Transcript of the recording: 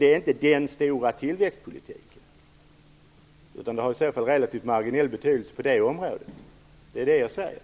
Det är inte den stora tillväxtpolitiken, utan det har i så fall relativt marginell betydelse på det området. Det är detta jag vill säga.